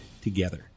together